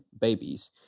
babies